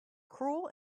cruel